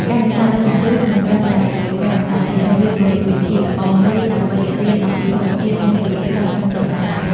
ការនេសាទដោយសន្ទូច មិនត្រឹមតែជាការកម្សាន្តទេ តែវាក៏ជាវិធីល្អមួយដើម្បីរៀនអំពីធម្មជាតិ និងជីវិតសត្វក្នុងទឹកផងដែរ។